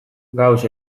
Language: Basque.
gauss